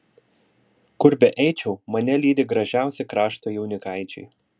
kur beeičiau mane lydi gražiausi krašto jaunikaičiai